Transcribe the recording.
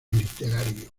literario